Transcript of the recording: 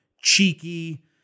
cheeky